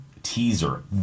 teaser